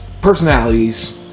personalities